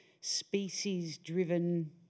species-driven